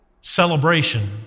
celebration